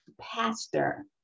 pastor